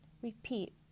repeat